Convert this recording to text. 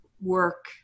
work